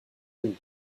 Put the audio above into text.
jeunes